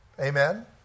Amen